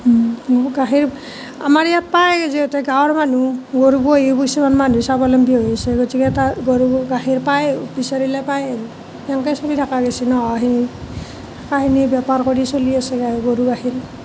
গাখীৰ আমাৰ ইয়াত পায় যিহেতুকে গাঁৱৰ মানুহ গৰু পুহি কিছুমান মানুহ স্বাৱলম্বী হৈছে গতিকে তাৰ গৰু গাখীৰ পায় বিচাৰিলে পায় আৰু এনেকৈ চলি থকা গৈছে ন সেই কাহিনী বেপাৰ কৰি চলি আছে আৰু গৰু গাখীৰ